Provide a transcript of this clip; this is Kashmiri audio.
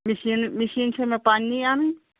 مِشیٖن مِشیٖن چھ مےٚ پںٛنٕے اَنٕںۍ